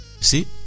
See